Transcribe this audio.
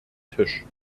tisch